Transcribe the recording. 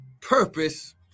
purpose